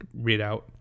readout